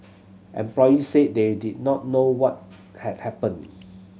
employees said they did not know what had happened